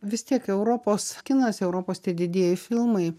vis tiek europos kinas europos tie didieji filmai